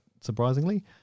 Surprisingly